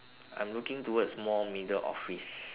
I'm looking towards more middle office